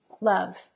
love